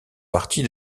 partie